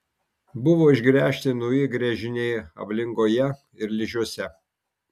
buvo išgręžti nauji gręžiniai ablingoje ir ližiuose